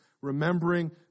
remembering